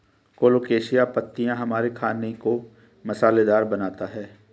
colocasia पत्तियां हमारे खाने को मसालेदार बनाता है